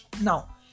now